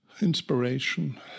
inspiration